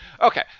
Okay